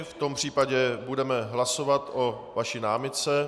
V tom případě budeme hlasovat o vaší námitce.